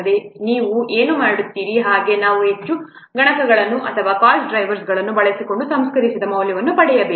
ಈಗ ನೀವು ಏನು ಮಾಡುತ್ತೀರಿ ಹಾಗೆ ನಾವು ವೆಚ್ಚ ಗುಣಕಗಳು ಅಥವಾ ಕಾಸ್ಟ್ ಡ್ರೈವರ್ಸ್ಗಳನ್ನು ಬಳಸಿಕೊಂಡು ಸಂಸ್ಕರಿಸಿದ ಮೌಲ್ಯವನ್ನು ಪಡೆಯಬೇಕು